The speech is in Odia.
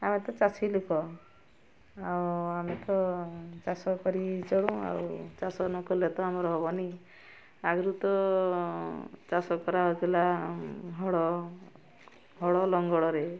ଆମେ ତ ଚାଷୀ ଲୋକ ଆଉ ଆମେ ତ ଚାଷ କରି ଚଳୁ ଆଉ ଚାଷ ନକଲେ ତ ଆମର ହେବନି ଆଗରୁ ତ ଚାଷ କରାହେଉଥିଲା ହଳ ହଳ ଲଙ୍ଗଳରେ